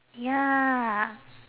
ya